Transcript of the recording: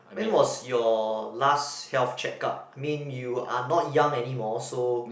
when was your last health checkup I mean you are not young anymore so